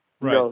Right